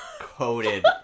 coated